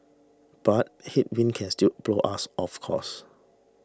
but headwinds can still blow us off course